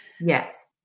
Yes